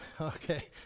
Okay